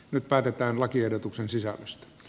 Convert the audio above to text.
nyt päätetään lakiehdotuksen sisällöstä